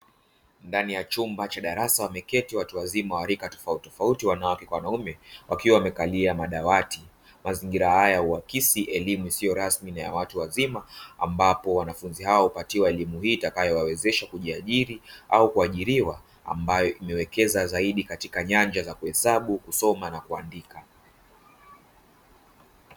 Ndani ya chumba cha darasa wameketi watu wazima wa rika tofautitofauti (wanawake kwa wanaume) wakiwa wamekalia madawati. Mazingira haya huakisi elimu isiyo rasmi na ya watu wazima ambapo wanafunzi hao hupatiwa elimu hii itakayowawezesha kujiajiri au kuajiriwa; ambayo imewekeza zaidi katika nyanja za kuhesabu, kusoma na kuandika.